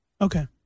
Okay